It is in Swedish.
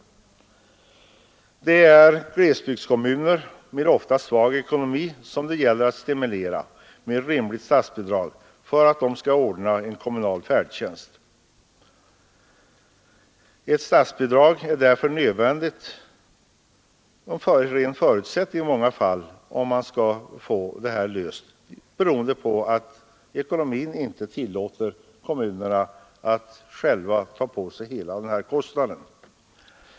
Det är glesbygdskommuner med ofta svag ekonomi som det gäller att stimulera med ett rimligt statsbidrag för att de skall ordna en kommunal färdtjänst. Ett statsbidrag är därför nödvändigt och i många fall en förutsättning för att man skall kunna lösa problemen, eftersom ekonomin inte tillåter kommunerna att själva ta på sig hela kostnaden.